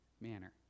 manner